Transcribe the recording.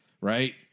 Right